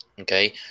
Okay